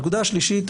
הנקודה השלישית,